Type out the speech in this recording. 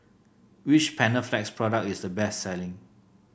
which Panaflex product is the best selling